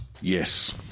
Yes